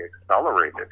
accelerated